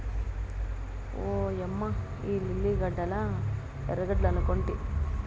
ఓయమ్మ ఇయ్యి లిల్లీ గడ్డలా ఎర్రగడ్డలనుకొంటి